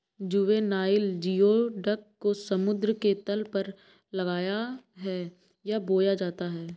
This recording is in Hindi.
जुवेनाइल जियोडक को समुद्र के तल पर लगाया है या बोया जाता है